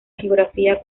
geografía